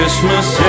Christmas